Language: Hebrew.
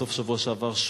בסוף השבוע שעבר,